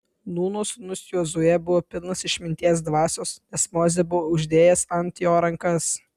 nūno sūnus jozuė buvo pilnas išminties dvasios nes mozė buvo uždėjęs ant jo rankas